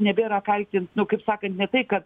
nebėra kaltint nu kaip sakant ne tai kad